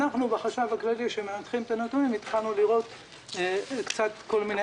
אנחנו בחשב הכללי שמנתחים את הנתונים התחלנו לראות כל מיני